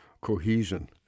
cohesion